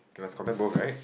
you must compare both right